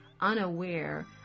unaware